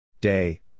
Day